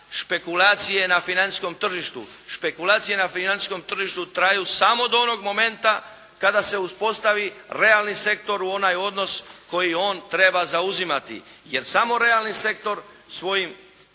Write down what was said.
Špekulacije na financijskom tržištu traju samo do onog momenta kada se uspostavi realni sektor u onaj odnos koji on treba zauzimati. Jer samo realni sektor svojim kapacitetima